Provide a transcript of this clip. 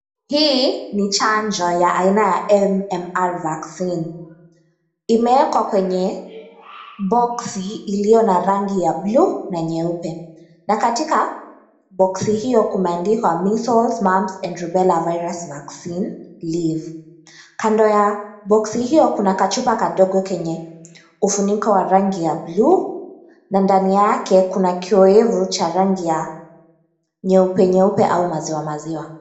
Hii ni chanjo ya aina ya MMR vaccine imewekwa kwenye boxi iliyo na rangi ya buluu na nyeupe na katika boxi hiyo kumeandikwa measles, mumps and rubella vaccine leaf . Kando ya boxi hiyo kuna kachupa kadogo kenye ufuniko ya rangi ya buluu na ndani yake kuna kioevu ya rangi ya nyeupe, nyeupe au maziwa maziwa.